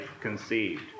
conceived